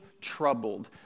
troubled